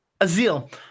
Azil